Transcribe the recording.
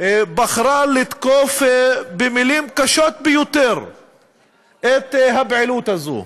בחרה לתקוף במילים קשות ביותר את הפעילות הזאת.